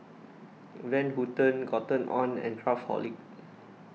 Van Houten Cotton on and Craftholic